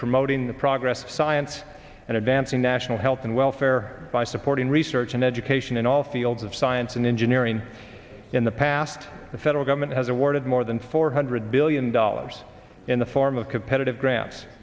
promoting the progress of science and advancing national health and welfare by supporting research and education in all fields of science and engineering in the past the federal government has awarded more than four hundred billion dollars in the form of competitive gra